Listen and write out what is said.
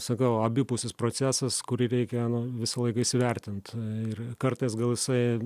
sakau abipusis procesas kurį reikia nu visą laiką įsivertint ir kartais gal jisai